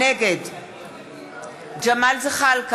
נגד ג'מאל זחאלקה,